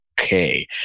okay